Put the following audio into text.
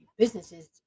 businesses